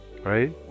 right